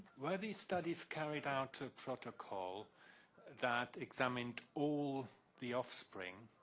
were these studies carried out to protocol that examined all the offspring,